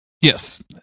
yes